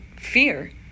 fear